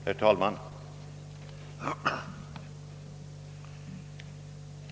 Herr talman!